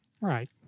Right